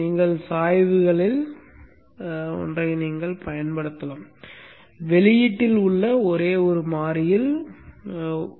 நீங்கள் சாய்வுகளில் ஒன்றைப் பயன்படுத்தலாம் ஒரே ஒரு மாறியில் ஒரு மாறி உள்ளது